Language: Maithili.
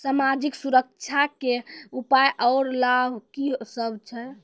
समाजिक सुरक्षा के उपाय आर लाभ की सभ छै?